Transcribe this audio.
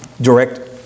direct